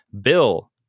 Bill